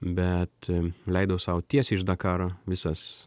bet leidau sau tiesiai iš dakaro visas